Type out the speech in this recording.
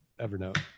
Evernote